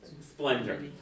splendor